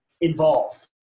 involved